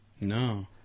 No